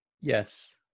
yes